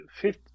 fifth